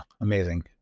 amazing